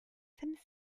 some